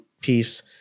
Piece